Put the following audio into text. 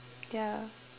ya